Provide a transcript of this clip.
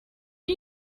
you